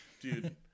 dude